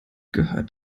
gehört